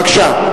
בבקשה.